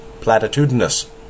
Platitudinous